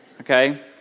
Okay